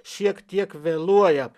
šiek tiek vėluoja